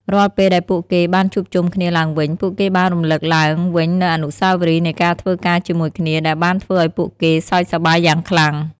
រាល់ពេលដែលពួកគេបានជួបជុំគ្នាឡើងវិញ ពួកគេបានរំលឹកឡើងវិញនូវអនុស្សាវរីយ៍នៃការធ្វើការជាមួយគ្នាដែលបានធ្វើឲ្យពួកគេសើចសប្បាយយ៉ាងខ្លាំង។